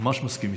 ממש מסכים איתך.